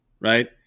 Right